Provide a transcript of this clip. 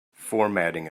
formatting